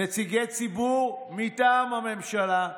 נציגי ציבור מטעם הממשלה,